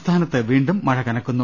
സംസ്ഥാനത്ത് വീണ്ടും മഴ കനക്കുന്നു